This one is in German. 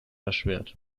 erschwert